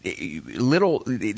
little